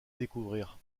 découvrir